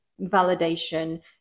validation